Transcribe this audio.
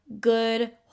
good